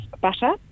butter